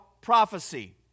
prophecy